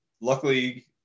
Luckily